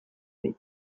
beti